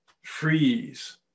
freeze